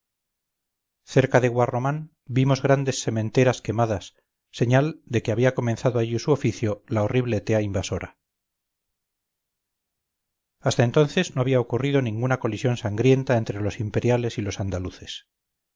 cerca de guarromán vimos grandes sementeras quemadas señal de que había comenzado allí su oficio la horrible tea invasora hasta entonces no había ocurrido ninguna colisión sangrienta entre los imperiales y los andaluces